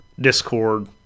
Discord